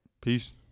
Peace